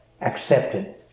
accepted